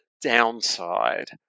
downside